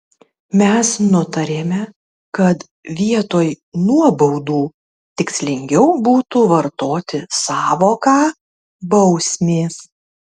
mes nutarėme kad vietoj nuobaudų tikslingiau būtų vartoti sąvoką bausmės